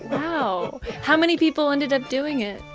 wow. how many people ended up doing it?